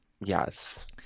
Yes